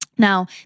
Now